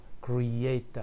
Creator